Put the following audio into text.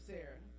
Sarah